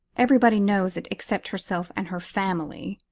everybody knows it except herself and her family.